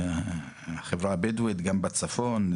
גם בצפון,